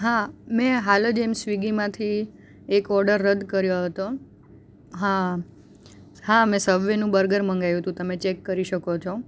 હા મેં હાલ જ એમ સ્વિગીમાંથી એક ઓડર રદ કર્યો હતો હા હા મેં સબવેનું બર્ગર મગાવ્યું હતું તમે ચેક કરી શકો છો